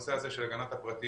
בנושא הזה של הגנת הפרטיות.